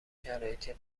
شرایطی